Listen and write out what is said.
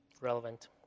relevant